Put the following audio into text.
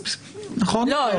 לא.